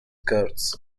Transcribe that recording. cards